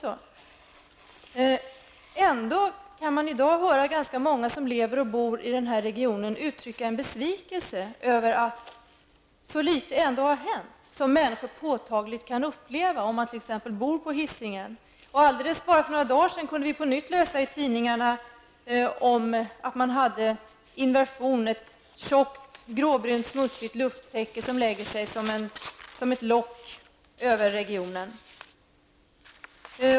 Ändå kan man i dag höra ganska många som lever och bor i den här regionen uttrycka en besvikelse över att så litet har hänt som människor påtagligt kan uppleva, om man t.ex. bor på Hisingen. För bara några dagar sedan kunde vi på nytt läsa i tidningarna om att man hade inversion. Ett tjockt, gråbrunt, smutsigt lufttäcke lade sig som ett lock över regionen.